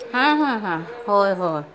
हां हां हां होय होय